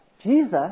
Jesus